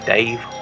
Dave